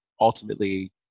ultimately